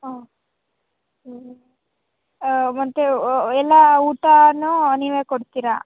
ಓ ಮತ್ತು ಎಲ್ಲ ಊಟಾನು ನೀವೇ ಕೊಡ್ತೀರ